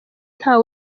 nta